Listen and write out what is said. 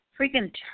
freaking